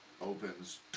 opens